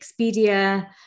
Expedia